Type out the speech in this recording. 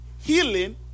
healing